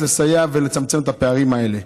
על מנת לסייע לצמצם את הפערים האלה.